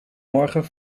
morgen